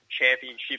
championship